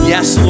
Yes